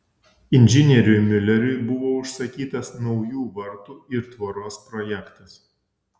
inžinieriui miuleriui buvo užsakytas naujų vartų ir tvoros projektas